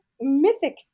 mythic